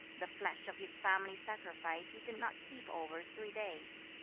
the flesh of his family sacrifice he did not keep over three days.